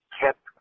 kept